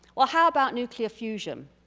well how about nuclear fusion?